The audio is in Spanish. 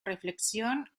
reflexión